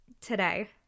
today